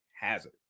hazard